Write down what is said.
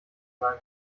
sein